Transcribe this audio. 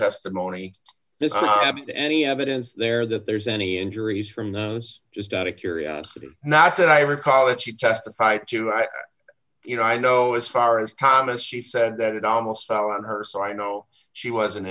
and any evidence there that there's any injuries from those just out of curiosity not that i recall that she testified to i you know i know as far as thomas she said that it almost fell on her so i know she wasn't